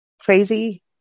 crazy